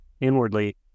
inwardly